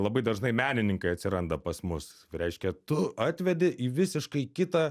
labai dažnai menininkai atsiranda pas mus reiškia tu atvedi į visiškai kitą